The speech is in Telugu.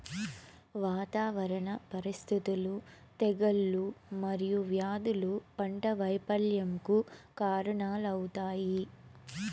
వాతావరణ పరిస్థితులు, తెగుళ్ళు మరియు వ్యాధులు పంట వైపల్యంకు కారణాలవుతాయి